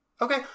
Okay